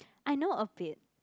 I know a bit